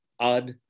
Ad